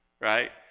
right